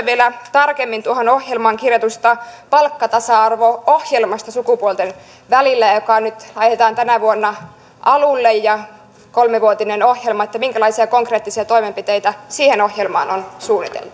vielä tarkemmin tuohon ohjelmaan kirjatusta palkkatasa arvo ohjelmasta sukupuolten välillä joka nyt laitetaan tänä vuonna alulle kolmivuotinen ohjelma minkälaisia konkreettisia toimenpiteitä siihen ohjelmaan on suunniteltu